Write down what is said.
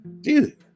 dude